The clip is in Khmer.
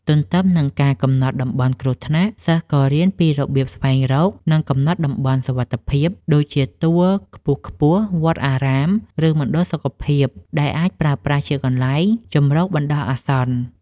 ទន្ទឹមនឹងការកំណត់តំបន់គ្រោះថ្នាក់ សិស្សក៏រៀនពីរបៀបស្វែងរក និងកំណត់តំបន់សុវត្ថិភាព ដូចជាទួលខ្ពស់ៗ វត្តអារាម ឬមណ្ឌលសុខភាព ដែលអាចប្រើប្រាស់ជាកន្លែងជម្រកបណ្ដោះអាសន្ន។